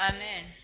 Amen